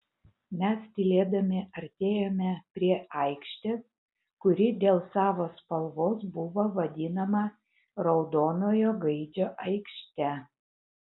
mes tylėdami artėjome prie aikštės kuri dėl savo spalvos buvo vadinama raudonojo gaidžio aikšte